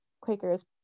quakers